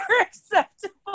acceptable